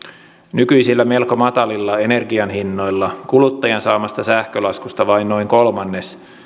nykyisillä melko matalilla energianhinnoilla kuluttajan saamasta sähkölaskusta vain noin kolmannes